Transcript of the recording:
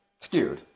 Skewed